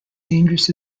dangerous